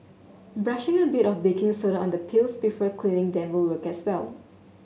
brushing a bit of baking soda on the peels before cleaning them will work guess well